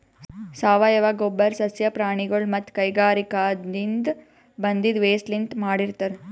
ಸಾವಯವ ಗೊಬ್ಬರ್ ಸಸ್ಯ ಪ್ರಾಣಿಗೊಳ್ ಮತ್ತ್ ಕೈಗಾರಿಕಾದಿನ್ದ ಬಂದಿದ್ ವೇಸ್ಟ್ ಲಿಂತ್ ಮಾಡಿರ್ತರ್